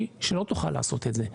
היא שלא תוכל לעשות את זה.